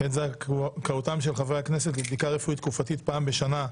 את זכאותם של חברי הכנסת לבדיקה רפואית תקופתית פעם בשנה,